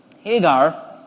Hagar